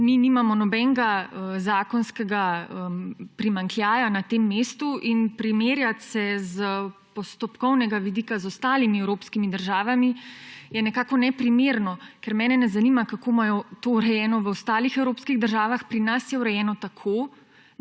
mi nimamo nobenega zakonskega primanjkljaja na tem mestu in primerjati se s postopkovnega vidika z ostalimi evropskimi državami je nekako neprimerno, ker mene ne zanima, kako imajo to urejeno v ostalih evropskih državah, pri nas je urejeno tako,